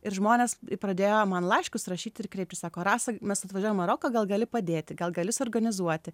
ir žmonės pradėjo man laiškus rašyti ir kreiptis sako rasa mes atvažiuojam į maroką gal gali padėti gal gali suorganizuoti